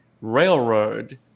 Railroad